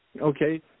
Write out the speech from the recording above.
Okay